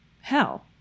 hell